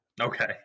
Okay